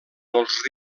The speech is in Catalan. els